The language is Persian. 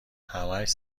همهاش